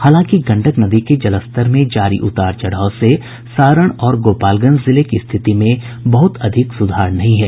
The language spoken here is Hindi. हालांकि गंडक नदी के जलस्तर में जारी उतार चढ़ाव से सारण और गोपालगंज जिले की स्थिति में बहुत अधिक सुधार नहीं है